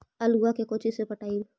आलुआ के कोचि से पटाइए?